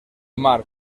marc